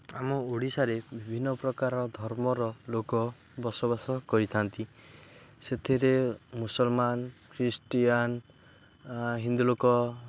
ଆମ ଓଡ଼ିଶାରେ ବିଭିନ୍ନପ୍ରକାର ଧର୍ମର ଲୋକ ବସବାସ କରିଥାନ୍ତି ସେଥିରେ ମୁସଲ୍ମାନ୍ ଖ୍ରୀଷ୍ଟିଆନ୍ ହିନ୍ଦୁ ଲୋକ